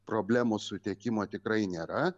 problemos su tiekimu tikrai nėra